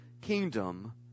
kingdom